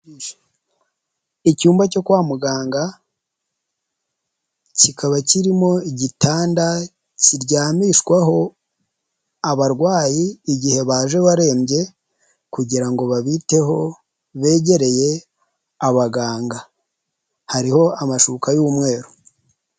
Icyumba cyo kwa muganga kikaba kirimo igitanda kiryamishwaho abarwayi igihe baje barembye kugira ngo babiteho begereye abaganga, hariho amashuka y'umweru.